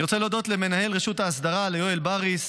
אני רוצה להודות למנהל רשות האסדרה יואל בריס,